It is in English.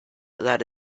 that